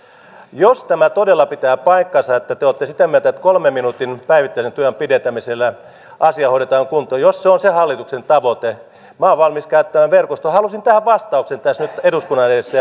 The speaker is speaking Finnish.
jos tämä todella pitää paikkansa että te olette sitä mieltä että kolmen minuutin päivittäisellä työajan pidentämisellä asia hoidetaan kuntoon jos se on se hallituksen tavoite niin minä olen valmis käyttämään verkostoa haluaisin tähän vastauksen tässä nyt eduskunnan edessä